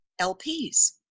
LPs